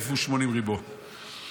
בר נחמני אלף ושמונים ריבוא גייסות